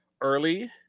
early